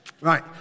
Right